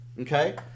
okay